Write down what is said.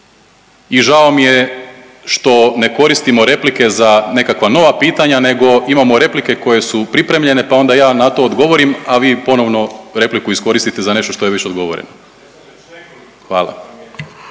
I žao mi je što ne koristimo replike za nekakva nova pitanja nego imamo replike koje su pripremljene, pa onda ja na to odgovorim a vi ponovno repliku iskoristite za nešto što je već odgovoreno. Hvala.